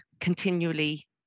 continually